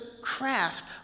craft